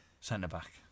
Centre-back